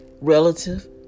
relative